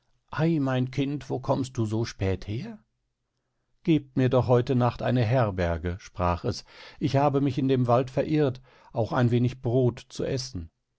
ei mein kind wo kommst du so spät her gebt mir doch heut nacht eine herberg sprach es ich habe mich in dem wald verirrt auch ein wenig brod zu essen